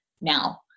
now